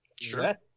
Sure